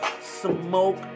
smoke